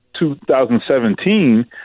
2017